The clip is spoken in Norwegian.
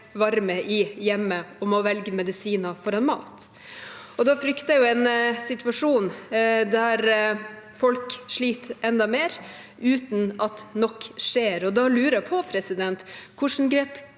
varme i hjemmet og må velge medisiner foran mat. Jeg frykter en situasjon der folk sliter enda mer, uten at nok skjer, og da lurer jeg på: Hvilke grep